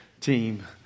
team